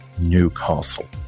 newcastle